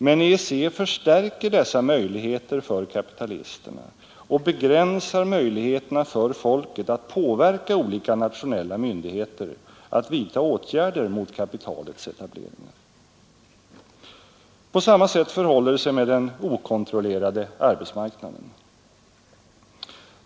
Men EEC förstärker dessa möjligheter för kapitalisterna och begränsar möjligheterna för folket att påverka olika nationella myndigheter att vidta åtgärder mot kapitalets etableringar. På samma sätt förhåller det sig med den okontrollerade arbetsmarknaden.